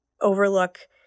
overlook